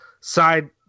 side –